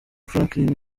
franklin